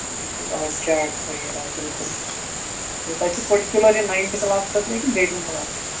بلکل آ چاٹٕس وغیرہ بلکُل تۄہہِ چھُو پٔٹِکیولَر